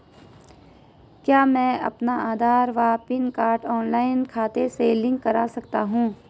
क्या मैं अपना आधार व पैन कार्ड ऑनलाइन खाते से लिंक कर सकता हूँ?